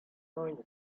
noise